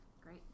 Great